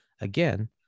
Again